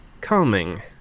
calming